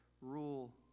rule